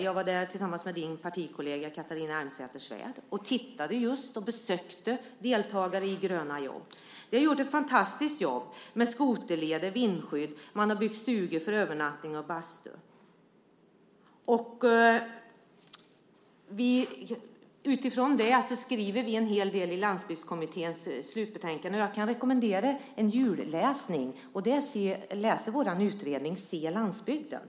Jag var där tillsammans med din partikollega Catharina Elmsäter-Svärd. Vi tittade på hur det var och besökte deltagare i Gröna jobb. De har gjort ett fantastiskt jobb med skoterleder och vindskydd. De har också byggt stugor för övernattning och bastu. Utifrån det skriver vi en hel del i Landsbygdskommitténs slutbetänkande. Jag kan rekommendera en julläsning, nämligen vårt betänkande Se landsbygden! Myter, sanningar och framtidsstrategier .